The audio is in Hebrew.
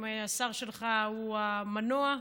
השר שלך הוא המנוע,